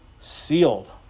sealed